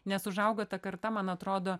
nes užaugo ta karta man atrodo